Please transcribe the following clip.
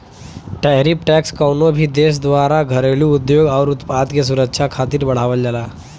tariff tax कउनो भी देश द्वारा घरेलू उद्योग आउर उत्पाद के सुरक्षा खातिर बढ़ावल जाला